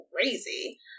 crazy